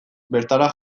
bertara